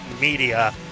media